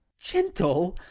gentle?